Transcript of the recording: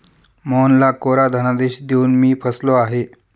मोहनला कोरा धनादेश देऊन मी फसलो आहे